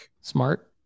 Smart